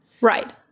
Right